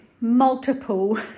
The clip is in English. multiple